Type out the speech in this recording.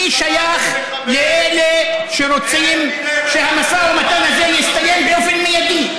אני שייך לאלה שרוצים שהמשא ומתן הזה יסתיים באופן מיידי,